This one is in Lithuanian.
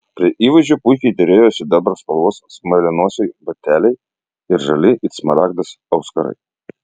prie įvaizdžio puikiai derėjo sidabro spalvos smailianosiai bateliai ir žali it smaragdas auskarai